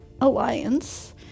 alliance